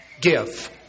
Give